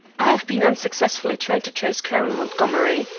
i have been unsuccessfully trying to trace colonel montgomery.